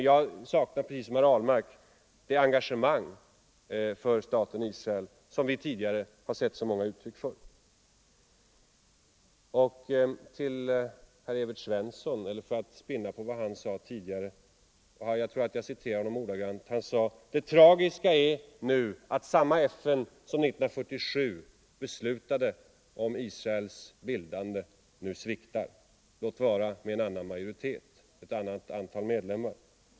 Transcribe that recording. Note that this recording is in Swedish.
Jag saknar precis som herr Ahlmark det engagemang för staten Israel som vi tidigare har sett så många uttryck för. Herr Svensson i Kungälv sade tidigare att det tragiska är nu att samma FN som 1947 som beslutade om Israels bildande nu sviktar — låt vara med en annan majoritet och ett annat antal medlemmar.